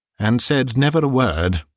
and said never a word.